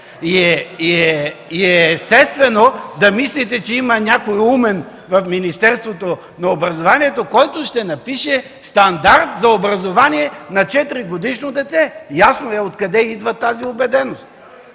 и е естествено да мислите, че има някой умен в Министерството на образованието, младежта и науката, който ще напише стандарт за образование на 4-годишно дете! Ясно е откъде идва тази убеденост.